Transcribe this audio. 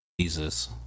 Jesus